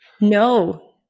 No